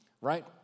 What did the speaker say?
right